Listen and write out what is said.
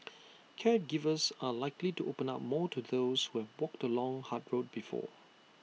caregivers are likely to open up more to those who have walked the long hard road before